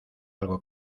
algo